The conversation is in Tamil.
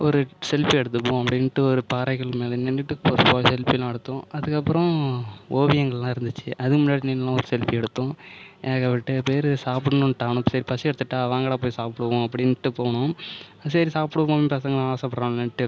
ஒரு செல்ஃபி எடுத்துப்போம் அப்டின்ட்டு ஒரு பாறைகள் மேல நின்னுட்டு செல்ஃபிலாம் எடுத்தோம் அதுக்கப்புறம் ஓவியங்கள்லாம் இருந்துச்சு அது முன்னாடி நின்றும் ஒரு செல்ஃபி எடுத்தோம் எனக்கு பேர் சாப்புடுணுன்ட்டானுவோ சரி பசி எடுத்துவிட்டா வாங்கடா போய் சாப்பிடுவோம் அப்படின்ட்டு போனோம் சரி சாப்பிடுவோம்ன்னு பசங்க ஆசைப்படுறாங்கன்ட்டு